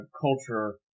culture